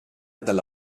dalla